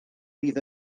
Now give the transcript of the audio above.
fydd